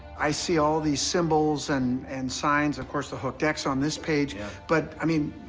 i see all these symbols and and signs of course, the hooked x on this page but, i mean,